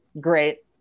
Great